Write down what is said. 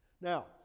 Now